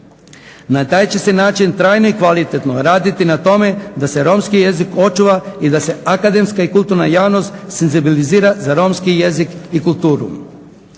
Na taj će se način trajno i kvalitetno raditi na tome da se romski jezik očuva i da se akademska i kulturna javnost senzibilizira za romski jezik i kulturu.